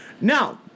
Now